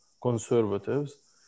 conservatives